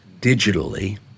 digitally